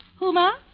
Huma